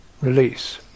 release